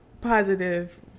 positive